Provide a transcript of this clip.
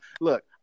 Look